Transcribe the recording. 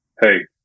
hey